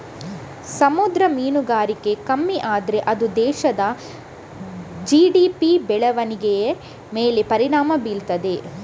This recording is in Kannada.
ಸಮುದ್ರ ಮೀನುಗಾರಿಕೆ ಕಮ್ಮಿ ಆದ್ರೆ ಅದು ದೇಶದ ಜಿ.ಡಿ.ಪಿ ಬೆಳವಣಿಗೆಯ ಮೇಲೆ ಪರಿಣಾಮ ಬೀರ್ತದೆ